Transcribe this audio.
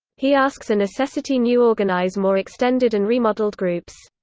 he asks a necessity new organize more extended and remodeled groups.